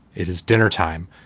it is dinner time.